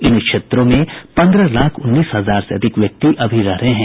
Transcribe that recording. इन क्षेत्रों में पन्द्रह लाख उन्नीस हजार से अधिक व्यक्ति अभी रह रहे हैं